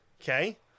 Okay